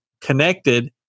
connected